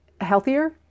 healthier